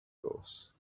course